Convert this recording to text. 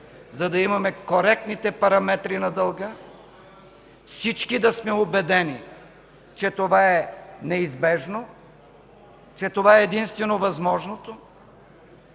за да имаме коректните параметри на дълга; всички да сме убедени, че това е неизбежно, че това е единствено възможното,